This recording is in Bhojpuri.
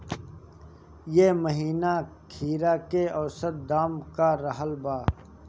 एह महीना खीरा के औसत दाम का रहल बा?